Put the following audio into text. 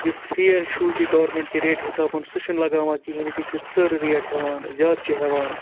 یُس فِیر شوٗبہِ گارمٮ۪نٛٹ کہِ ریٹ حِسابَن سُہ چھُنہٕ لگاوان کِہیٖنۍ نہٕ تِم چھِ ژٔر ریٹ ہٮ۪وان زیادٕ چھِ ہٮ۪وان